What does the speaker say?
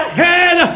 head